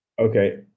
Okay